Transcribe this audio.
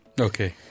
Okay